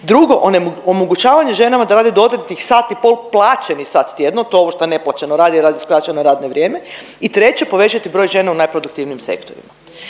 Drugo, onemogućavanje ženama da rade dodatnih sat i pol plaćeni sat tjedno, to je ovo što neplaćeno radi, radi skraćeno radno vrijeme. I treće, povećati broj žena u najproduktivnijem sektoru.